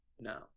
No